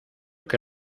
que